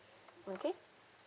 okay